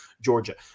Georgia